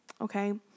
Okay